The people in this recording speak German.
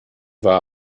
war